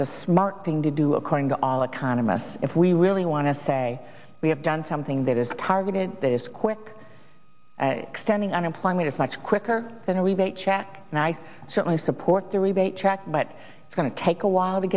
the smart thing to do according to all economists if we really want to say we have done something that is targeted that is quick extending unemployment it's much quicker than a rebate check and i certainly support the rebate track but it's going to take a while to